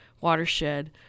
watershed